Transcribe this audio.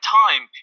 time